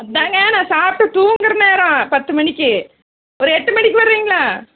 அதுதாங்க நான் சாப்பிட்டு தூங்குகிற நேரம் பத்து மணிக்கு ஒரு எட்டு மணிக்கு வருவீங்களா